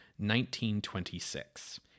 1926